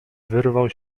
wyrwał